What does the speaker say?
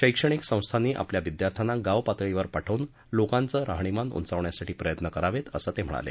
शैक्षणिक संस्थानी आपल्या विद्यार्थ्यांना गाव पातळीवर पाठवून लोकांचं राहणीमान उंचावण्यासाठी प्रयत्न करावेत असं ते म्हणाले